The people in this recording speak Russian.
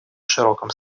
широком